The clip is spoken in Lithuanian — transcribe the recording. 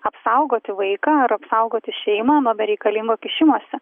apsaugoti vaiką ar apsaugoti šeimą nuo bereikalingo kišimosi